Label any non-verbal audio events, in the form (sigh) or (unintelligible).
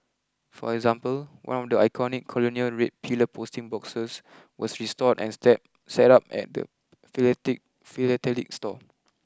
for example one of the iconic colonial red pillar posting boxes was restored and (unintelligible) set up at the (unintelligible) philatelic store